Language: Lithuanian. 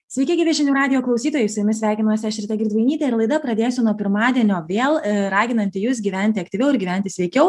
sveiki gyvi žinių radijo klausytojai su jumis sveikinuosi aš rita girdvainytė ir laida pradėsiu nuo pirmadienio vėl raginanti jus gyventi aktyviau ir gyventi sveikiau